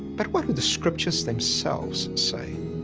but what do the scriptures themselves say?